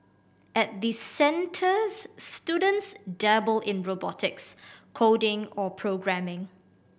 at the centres students dabble in robotics coding or programming